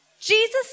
Jesus